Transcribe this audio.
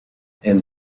and